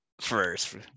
first